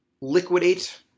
liquidate